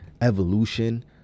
evolution